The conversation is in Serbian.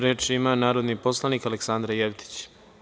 Reč ima narodni poslanik Aleksandra Jevtić.